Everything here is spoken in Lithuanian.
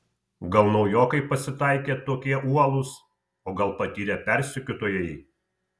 gal naujokai pasitaikė tokie uolūs o gal patyrę persekiotojai